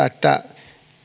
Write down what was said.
että